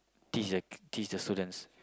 teach the teach the students